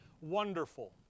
Wonderful